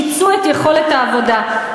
מיצו את יכולת העבודה,